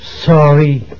sorry